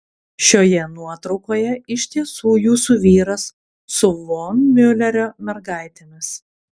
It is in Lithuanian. šioje nuotraukoje iš tiesų jūsų vyras su von miulerio mergaitėmis